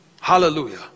Hallelujah